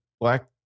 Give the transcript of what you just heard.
Black